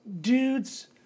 Dudes